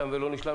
תם ולא נשלם.